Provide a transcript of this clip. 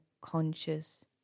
conscious